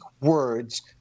words